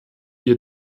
wir